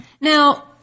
Now